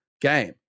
game